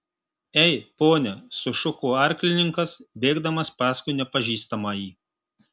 ei pone sušuko arklininkas bėgdamas paskui nepažįstamąjį